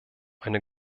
eine